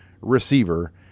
receiver